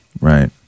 Right